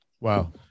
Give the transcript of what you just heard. Wow